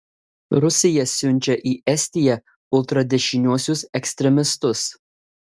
rusija siunčia į estiją ultradešiniuosius ekstremistus